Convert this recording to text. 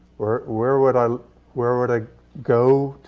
where where would i where would i go,